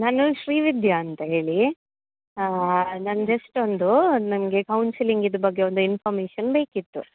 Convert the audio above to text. ನಾನು ಶ್ರೀವಿದ್ಯಾ ಅಂತ ಹೇಳಿ ನಾನು ಜಸ್ಟ್ ಒಂದು ನನಗೆ ಕೌನ್ಸಿಲಿಂಗ್ ಇದು ಬಗ್ಗೆ ಒಂದು ಇನ್ಫರ್ಮೇಷನ್ ಬೇಕಿತ್ತು